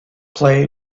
play